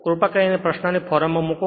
કૃપા કરીને પ્રશ્નને ફોરમમાં મૂકો